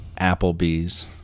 Applebee's